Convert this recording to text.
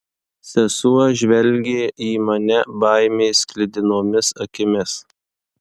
sesuo žvelgė į mane baimės sklidinomis akimis